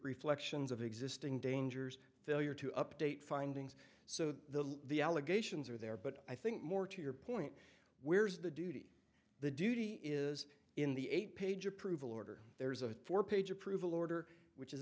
reflections of existing dangers failure to update findings so the allegations are there but i think more to your point where's the duty the duty is in the eight page approval order there's a four page approval order which is